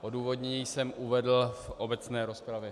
Odůvodnění jsem uvedl v obecné rozpravě.